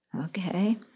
Okay